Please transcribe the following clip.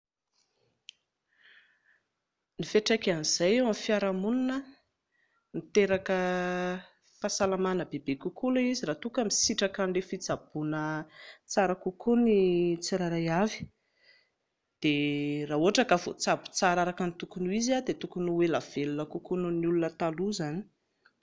Ny fiantraikan'izay eo amin'ny fiaraha-monina, miteraka fahasalamana be be kokoa ilay izy raha toa ka misitraka an'ilay fitsaboana tsara kokoa ny tsirairay avy, dia raha ohatra ka voatsabo tsara araka ny tokony ho izy dia tokony ho ela velona kokoa noho ny olona taloha izany